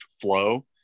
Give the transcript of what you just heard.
flow